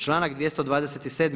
Članak 227.